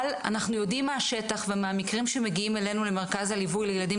אבל אנחנו יודעים מהשטח ומהמקרים שמגיעים אלינו למרכז הליווי לילדים